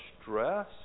stress